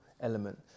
element